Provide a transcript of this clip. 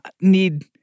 need